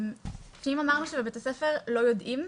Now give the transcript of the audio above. אם אמרנו שבבית הספר לא יודעים.